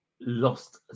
Lost